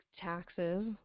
taxes